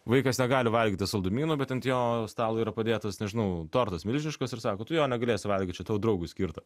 vaikas negali valgyti saldumynų bet ant jo stalo yra padėtas nežinau tortas milžiniškas ir sako tu jo negalėsi valgyt čia tavo draugui skirta